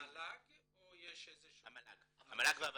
המל"ג או יש איזה שהוא --- המל"ג והות"ת,